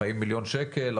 40 מיליון שקל,